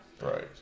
Right